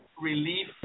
relief